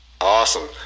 Awesome